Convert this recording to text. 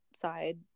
side